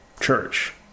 church